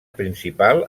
principal